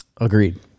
Agreed